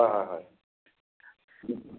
হয় হয় হয়